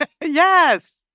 Yes